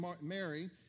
Mary